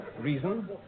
Reason